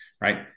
Right